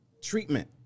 treatment